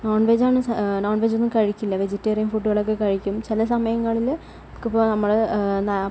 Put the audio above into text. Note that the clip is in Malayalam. നോൺവെജാണ് നോൺവെജൊന്നും കഴിക്കില്ല വെജിറ്റേറിയൻ ഫുഡ്ഡുകളൊക്കെ കഴിക്കും ചില സമയങ്ങളിൽ നമുക്കിപ്പോൾ നമ്മൾ